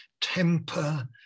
temper